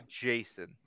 Jason